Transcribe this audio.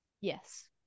Yes